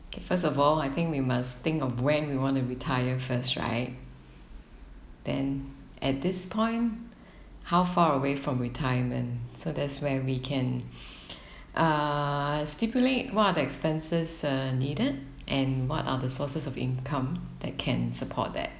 okay first of all I think we must think of when we wanna retire first right then at this point how far away from retirement so that's where we can uh stipulate what are the expenses uh needed and what are the sources of income that can support that